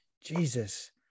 jesus